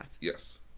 yes